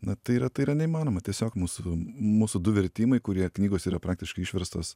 na tai yra tai yra neįmanoma tiesiog mūsų mūsų du vertimai kurie knygos yra praktiškai išverstos